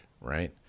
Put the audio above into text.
Right